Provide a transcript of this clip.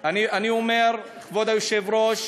אני אומר, כבוד היושב-ראש,